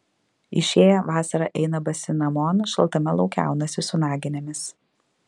išėję vasarą eina basi namon šaltame laike aunasi su naginėmis